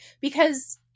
because-